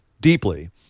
deeply